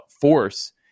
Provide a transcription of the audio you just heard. force